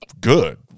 good